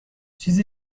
چیز